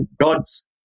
God's